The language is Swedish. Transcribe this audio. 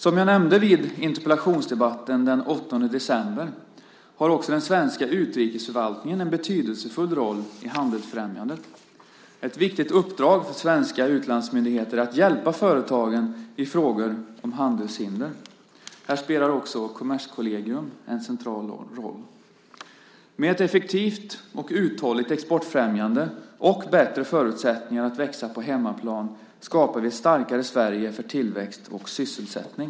Som jag nämnde vid interpellationsdebatten den 8 december har också den svenska utrikesförvaltningen en betydelsefull roll i handelsfrämjandet. Ett viktigt uppdrag för svenska utlandsmyndigheter är att hjälpa företagen i frågor om handelshinder. Här spelar också Kommerskollegium en central roll. Med ett effektivt och uthålligt exportfrämjande och bättre förutsättningar att växa på hemmaplan skapar vi ett starkare Sverige för tillväxt och sysselsättning.